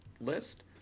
list